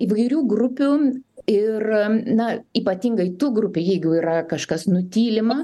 įvairių grupių ir na ypatingai tų grupių lygiu yra kažkas nutylima